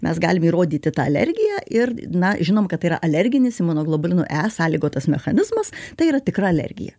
mes galim įrodyti tą alergiją ir na žinom kad yra alerginis imunoglobulinų e sąlygotas mechanizmas tai yra tikra alergija